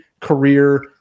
career